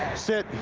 sit.